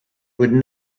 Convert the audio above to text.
would